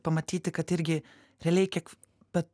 pamatyti kad irgi realiai kiek bet